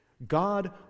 God